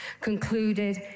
concluded